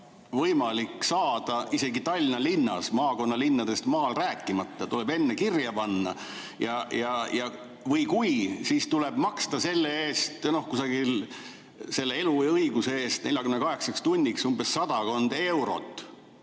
võimalik isegi Tallinna linnas, maakonnalinnadest rääkimata. Tuleb enne kirja panna ja siis tuleb maksta selle eest kusagil, selle elu ja õiguse eest 48 tunniks, umbes sadakond eurot.